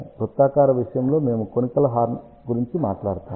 వృత్తాకార విషయంలో మేము కోనికల్ హార్న్ గురించి మాట్లాడతాము